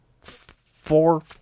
four